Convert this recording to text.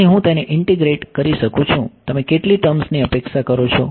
તેથી હું તેને ઇન્તીગ્રેટ કરી શકું છું તમે કેટલી ટર્મ્સની અપેક્ષા કરો છો